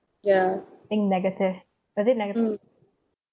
think negative was it negative